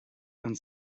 and